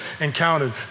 encountered